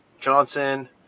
Johnson